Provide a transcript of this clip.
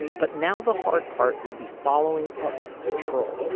but now the hard part would be following up. control.